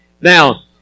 Now